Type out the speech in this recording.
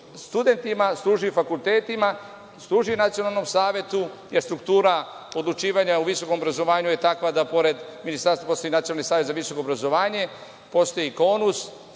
studentima, služi fakultetima, služi Nacionalnom savetu, jer struktura odlučivanja u visokom obrazovanju je takva da pored Ministarstva postoji Nacionalni savet za visoko obrazovanje, postoji Konus